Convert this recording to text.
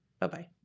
Bye-bye